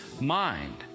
mind